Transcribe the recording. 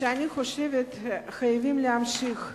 שאני חושבת, חייבים להמשיך.